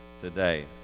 today